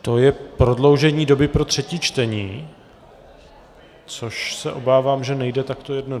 To je prodloužení doby pro třetí čtení, což se obávám, že nejde takto jednoduše.